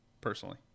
personally